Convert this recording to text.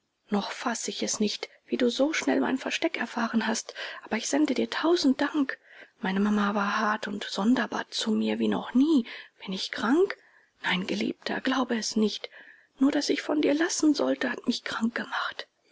noch fasse ich es nicht wie du so schnell mein versteck erfahren hast aber ich sende dir tausend dank meine mama war hart und sonderbar zu mir wie noch nie bin ich krank nein geliebter glaube es nicht nur daß ich von dir lassen sollte hat mich krank gemacht